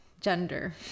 gender